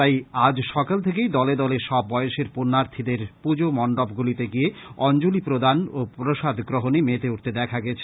তাই আজ সকাল থেকেই দলে দলে সব বয়সের পুণ্যার্থীদের পুজো মন্ডপগুলিতে গিয়ে অঞ্জলি প্রদান ও প্রসাদ গ্রহণে মেতে উঠতে দেখা গেছে